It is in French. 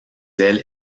ailes